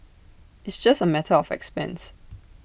it's just A matter of expense